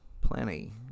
plenty